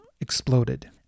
exploded